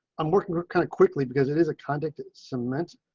i'm working with kind of quickly because it is a conduct cement.